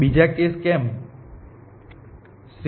બીજા કેસ કેમ છે